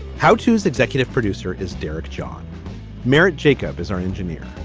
how tos executive producer is derek john merritt. jacob is our engineer.